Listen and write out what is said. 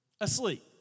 Asleep